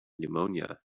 pneumonia